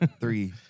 Three